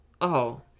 Oh